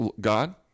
God